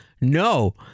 No